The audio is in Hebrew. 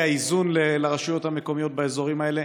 האיזון לרשויות המקומיות באזורים האלה.